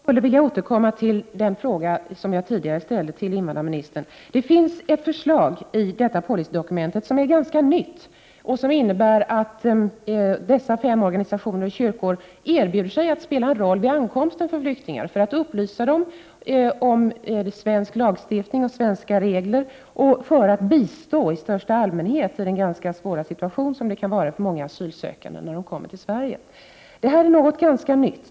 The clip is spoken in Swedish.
Herr talman! Jag skulle vilja återkomma till den fråga som jag tidigare ställde till invandrarministern. Det finns ett förslag i detta policydokument som är ganska nytt. Det innebär att dessa fem organisationer och kyrkor erbjuder sig att ha en roll vid ankomsten för flyktingar, bl.a. genom att upplysa dem om svensk lagstiftning och om svenska regler samt för att bistå i största allmänhet i den ganska svåra situation som många asylsökande kan vara i när de kommer till Sverige. Det här är något ganska nytt.